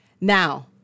Now